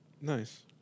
Nice